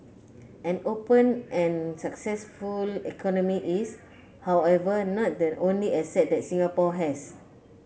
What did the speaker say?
an open and successful economy is however not the only asset that Singapore has